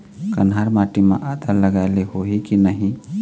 कन्हार माटी म आदा लगाए ले होही की नहीं?